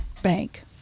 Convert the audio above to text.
bank